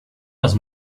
las